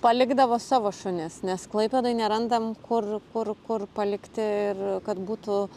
palikdavo savo šunis nes klaipėdoj nerandam kur kur kur palikti ir kad būtų